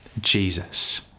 Jesus